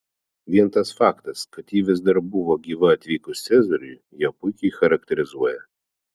vien tas faktas kad ji vis dar buvo gyva atvykus cezariui ją puikiai charakterizuoja